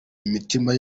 imitima